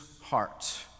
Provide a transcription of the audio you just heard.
heart